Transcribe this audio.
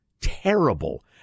Terrible